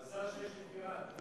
מזל שיש את איראן.